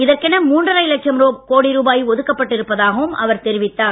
இதற்கென மூன்றரை லட்சம் கோடி ரூபாய் ஒதுக்கப்பட்டு இருப்பதாகவும் அவர் தெரிவித்தார்